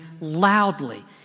loudly